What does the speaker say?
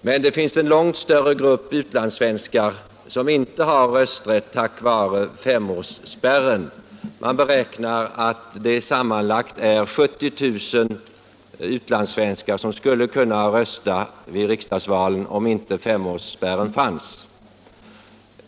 Det finns emellertid en långt större grupp utlandssvenskar som inte har rösträtt, detta på grund av femårsspärren. Man beräknar att det sammanlagt är 70 000 utlandssvenskar som skulle kunna rösta vid riksdagsvalen, om inte femårsspärren fanns.